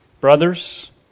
Brothers